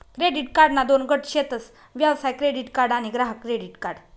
credit कार्डना दोन गट शेतस व्यवसाय क्रेडीट कार्ड आणि ग्राहक क्रेडीट कार्ड